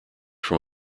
from